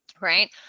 right